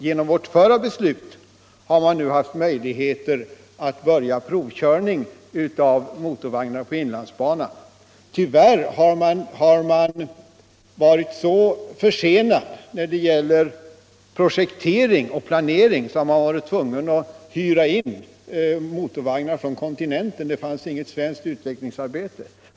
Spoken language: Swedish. Genom riksdagens förra beslut har SJ nu haft möjligheter att börja göra provkörningar med motorvagnar på inlandsbanan. Tyvärr har man varit så försenad när det gäller projektering och planering att man varit tvungen att hyra in motorvagnar från kontinenten. Det fanns på detta område inget svenskt utvecklingsarbete.